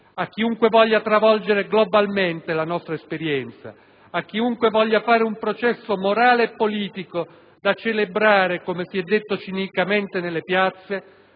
A chiunque voglia travolgere globalmente la nostra esperienza, a chiunque voglia fare un processo, morale e politico, da celebrare, come si è detto cinicamente, nelle piazze,